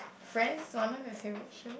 Friends one of my favourite show